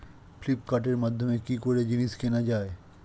ফ্লিপকার্টের মাধ্যমে কি করে জিনিস কেনা যায়?